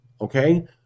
okay